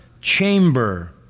chamber